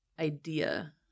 idea